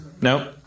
Nope